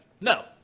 No